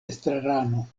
estrarano